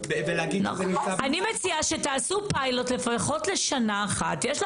מה שנאמר כאן, שזה כל אותן קהילות בדיור, אם זה